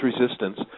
resistance